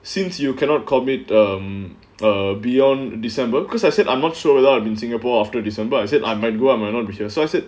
since you cannot commit um err beyond december because I said I'm not sure whether I'm in singapore after december I said I might go up might not be here so I said